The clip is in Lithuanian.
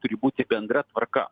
turi būti bendra tvarka